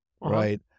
Right